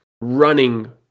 running